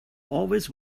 always